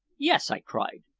yes, i cried.